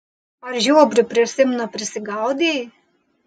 ar žiobrių prie simno prisigaudei